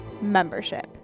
Membership